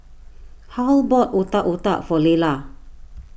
Harl bought Otak Otak for Lelah